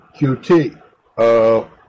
QT